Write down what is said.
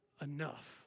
enough